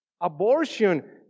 Abortion